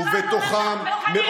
הוא עכשיו בא ואומר,